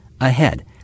ahead